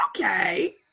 Okay